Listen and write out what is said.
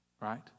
right